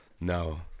No